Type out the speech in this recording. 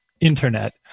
internet